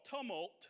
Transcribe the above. tumult